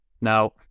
Now